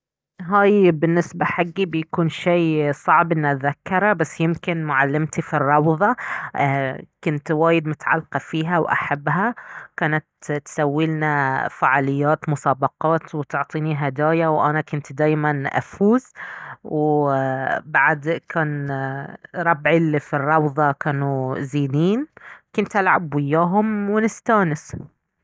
هاي بالنسبة حقي بيكون شي صعب اني اذكره بس يمكن معلمتي في الروضة ايه كنت وايد متعلقة فيها واحبها كانت تسويلنا فعاليات مسابقات وتعطيني هدايا وانا كنت دايما افوز وبعد كان ربعي الي في الروضة كانوا زينين كنت العب وياهم ونستانس